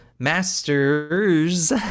masters